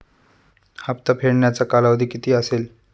हप्ता फेडण्याचा कालावधी किती असेल?